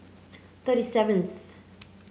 thirty seventh